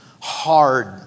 hard